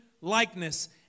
likeness